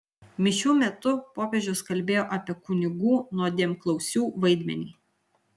mišių metu popiežius kalbėjo apie kunigų nuodėmklausių vaidmenį